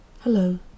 Hello